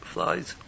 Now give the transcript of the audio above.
Flies